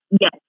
Yes